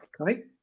Okay